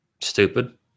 Stupid